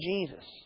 Jesus